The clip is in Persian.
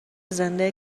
زنده